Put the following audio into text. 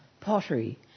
Pottery